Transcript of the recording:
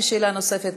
שאלה נוספת,